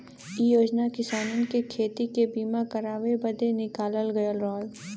इ योजना किसानन के खेती के बीमा करावे बदे निकालल गयल रहल